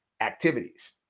activities